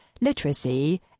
literacy